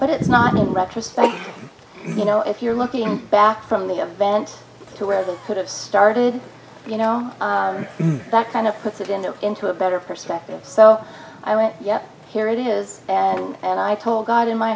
but it's not retrospect you know if you're looking back from the event to where they could have started you know that kind of puts it into into a better perspective so i went yep here it is and i told god in my